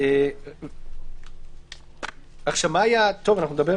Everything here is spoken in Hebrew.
עכשיו הליך